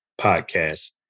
podcast